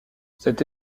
cette